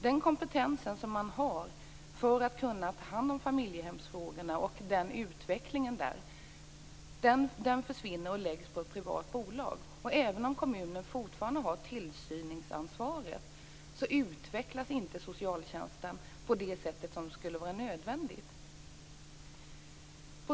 Den kompetens som man har för att kunna ta hand om familjehemsfrågorna och utvecklingen på det området försvinner och hamnar i ett privat bolag. Även om kommunen fortfarande har tillsynsansvaret utvecklas inte socialtjänsten på det sätt som det är nödvändigt att den utvecklas på.